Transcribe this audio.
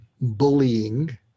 bullying